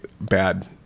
bad